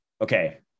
Okay